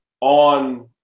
on